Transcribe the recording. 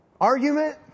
argument